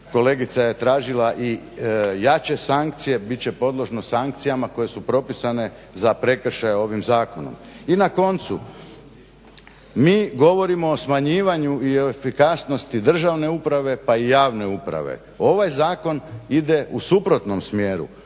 kolegica je tražila i jače sankcije, bit će podložno sankcijama koje su propisane za prekršaje ovim zakonom. I na koncu, mi govorimo o smanjivanju i efikasnosti državne uprave, pa i javne uprave. Ovaj zakon ide u suprotnom smjeru.